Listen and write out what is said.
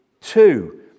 two